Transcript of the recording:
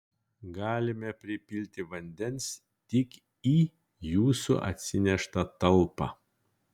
galime pripilti vandens tik į jūsų atsineštą talpą